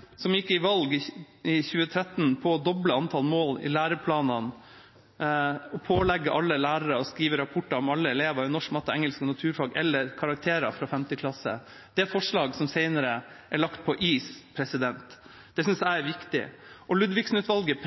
i 2013 gikk til valg på å doble antall mål i læreplanene og pålegge alle lærere å skrive rapporter om alle elever i norsk, matte, engelsk og naturfag, eller karakterer fra 5. klasse. Det er forslag som senere er lagt på is, og det synes jeg er viktig. Ludvigsen-utvalget